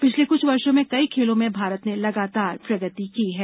पिछले कुछ वर्षों में कई खेलों में भारत ने लगातार प्रगति की है